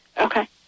Okay